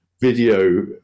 video